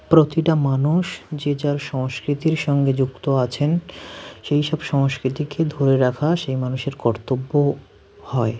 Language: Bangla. প্রতিটা মানুষ যে যার সংস্কৃতির সঙ্গে যুক্ত আছেন সেই সব সংস্কৃতিকে ধরে রাখা সেই মানুষের কর্তব্য হয়